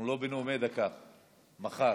אנחנו לא בנאומי דקה, מחר.